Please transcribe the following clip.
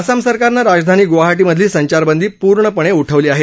आसाम सरकारनं राजधानी ग्वाहाटीमधली संचारबंदी पूर्णपणे उठवली आहे